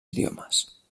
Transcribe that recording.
idiomes